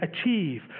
achieve